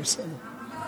אבל בסדר.